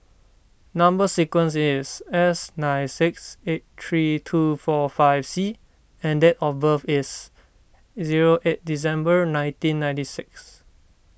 Number Sequence is S nine six eight three two four five C and date of birth is zero eight December nineteen ninety six